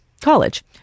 college